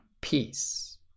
peace